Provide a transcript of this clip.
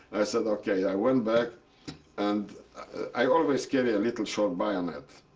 i said, okay. i went back and i always carry a little short bayonet.